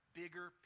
bigger